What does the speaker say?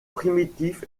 primitif